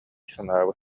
санаабыт